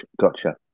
Gotcha